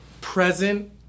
present